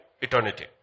eternity